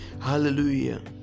Hallelujah